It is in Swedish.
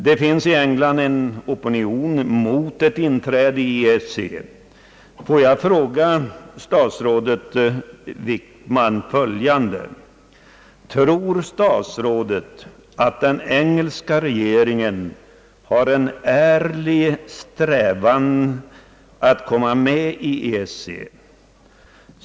Det finns i England en opinion mot ett inträde i EEC. Får jag fråga statsrådet Wickman följande: Tror statsrådet att engelska regeringen har en ärlig strävan att komma med i EEC?